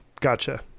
Gotcha